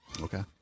Okay